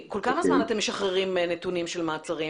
כל כמה זמן אתם משחררים נתונים על מעצרים?